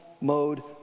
mode